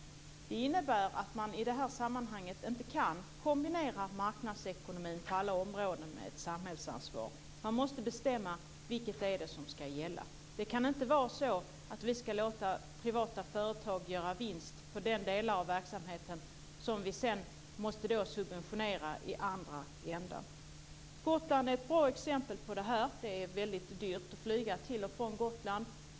Det innebär att man i det här sammanhanget inte kan kombinera marknadsekonomi på alla områden med ett samhällsansvar. Man måste bestämma vilket det är som skall gälla. Det kan inte vara så att vi skall låta privata företag göra vinst på de delar av verksamheten som vi sedan måste subventionera i andra änden. Gotland är ett bra exempel på det här. Det är väldigt dyrt att flyga till och från Gotland.